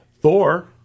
Thor